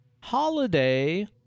holiday